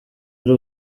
ari